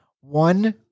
one